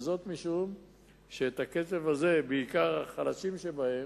זה משום שהכסף הזה, בעיקר החלשים שבהם,